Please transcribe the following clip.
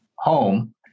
home